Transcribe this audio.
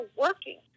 working